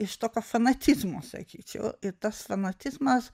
iš tokio fanatizmo sakyčiau ir tas fanatizmas